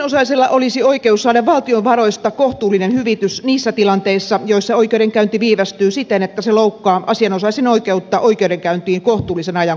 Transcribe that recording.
asianosaisella olisi oikeus saada valtion varoista kohtuullinen hyvitys niissä tilanteissa joissa oikeudenkäynti viivästyy siten että se loukkaa asianosaisen oikeutta oikeudenkäyntiin kohtuullisen ajan kuluessa